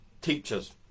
teachers